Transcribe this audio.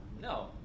No